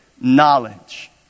knowledge